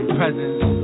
presence